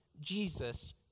Jesus